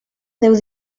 déu